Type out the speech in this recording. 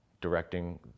directing